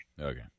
Okay